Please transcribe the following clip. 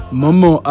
momo